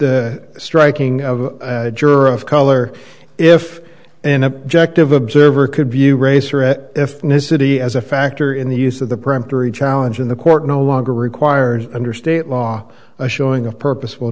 the striking of a juror of color if an objective observer could view race or at ethnicity as a factor in the use of the primary challenge in the court no longer required under state law a showing of purposeful